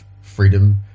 freedom